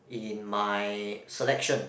in my selection